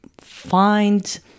find